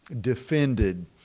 defended